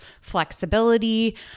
flexibility